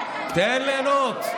תן ליהנות.